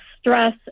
stress